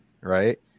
Right